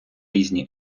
різні